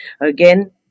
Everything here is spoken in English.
Again